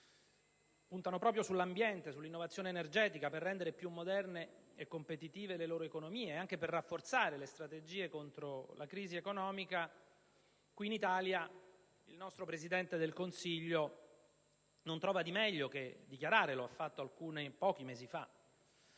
loro atti) sull'ambiente e sull'innovazione energetica per rendere più moderne e competitive le loro economie e anche per rafforzare le strategie contro la crisi economica, qui in Italia il nostro Presidente del Consiglio non trova di meglio che dichiarare - lo ha fatto pochi mesi fa